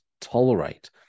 tolerate